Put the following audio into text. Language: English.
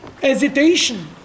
hesitation